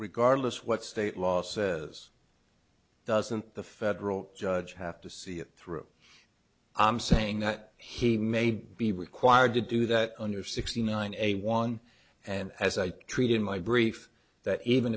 regardless what state law says doesn't the federal judge have to see it through i'm saying that he may be required to do that under sixty nine a one and as i treat in my brief that even